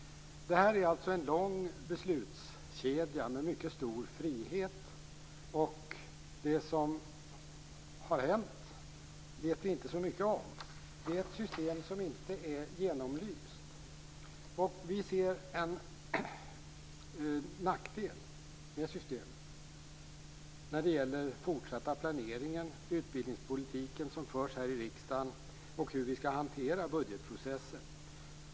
Detta är alltså en lång beslutskedja med mycket stor frihet. Det som har hänt vet man inte så mycket om. Systemet är inte genomlyst. Vi i Miljöpartiet ser en nackdel med systemet när det gäller den fortsatta planeringen, utbildningspolitiken som förs här i riksdagen och hur vi skall hantera budgetprocessen.